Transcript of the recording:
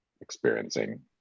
experiencing